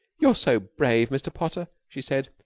you're so brave, mr. potter, she said.